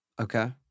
Okay